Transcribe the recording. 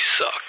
suck